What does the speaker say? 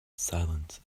silence